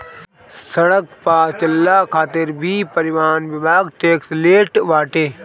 सड़क पअ चलला खातिर भी परिवहन विभाग टेक्स लेट बाटे